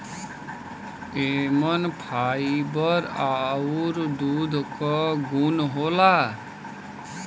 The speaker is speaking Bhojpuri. एमन फाइबर आउर दूध क गुन होला